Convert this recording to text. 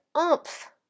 oomph